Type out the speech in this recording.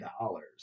dollars